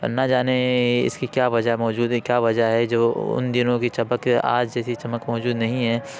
اور نہ جانے اس کی کیا وجہ موجود ہے کیا وجہ ہے جو ان دنوں کی چمک آج جیسی چمک موجود نہیں ہے